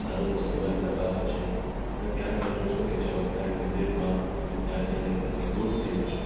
દારૂનું સેવન કરતાં હોય છે અને ત્યાં તમે જોશો તો એ ચમત્કારી મંદિરમાં તમે ત્યાં જઈને એકદમ અભિભૂત થઈ જશો